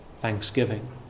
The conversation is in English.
Thanksgiving